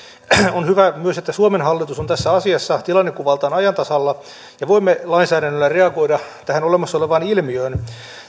on hyvä että myös suomen hallitus on tässä asiassa tilannekuvaltaan ajan tasalla ja voimme lainsäädännöllä reagoida tähän olemassa olevaan ilmiöön